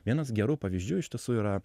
vienas gerų pavyzdžių iš tiesų yra